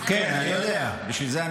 אני יודע, בשביל זה.